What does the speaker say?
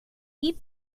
eat